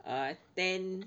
err ten